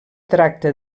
tracta